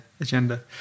agenda